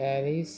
Paris